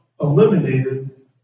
eliminated